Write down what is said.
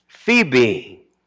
Phoebe